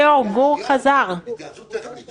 ההוראות השונות של החוק,